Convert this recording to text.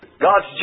God's